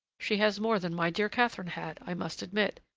she has more than my dear catherine had, i must admit,